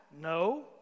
No